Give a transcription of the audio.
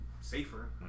safer